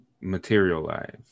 materialize